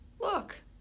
Look